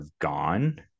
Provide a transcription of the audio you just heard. gone